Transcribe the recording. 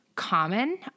common